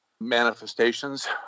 manifestations